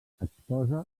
exposa